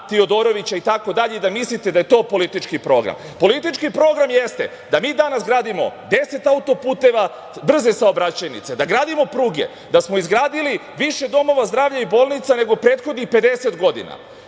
Tiodorovića itd. i da mislite da je to politički program. Politički program jeste da mi danas gradimo 10 autoputeva, brze saobraćajnice, da gradimo pruge, da smo izgradili više domova zdravlja i bolnica nego prethodnih 50 godina.